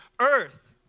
earth